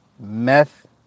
Meth